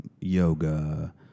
yoga